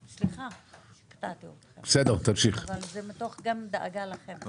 סליחה, קטעתי אותך, אבל זה מתוך דאגה גם לכם.